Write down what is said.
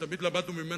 שתמיד למדנו ממנה,